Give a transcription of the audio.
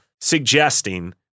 suggesting